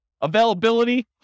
Availability